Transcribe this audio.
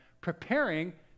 preparing